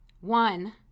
One